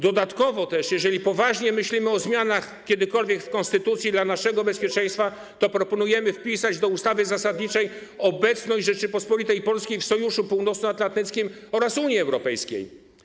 Dodatkowo też, jeżeli poważnie myślimy o zmianach kiedykolwiek w konstytucji dla naszego bezpieczeństwa, to proponujemy wpisać do ustawy zasadniczej obecność Rzeczypospolitej Polskiej w sojuszu północnoatlantyckim oraz Unii Europejskiej.